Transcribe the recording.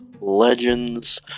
legends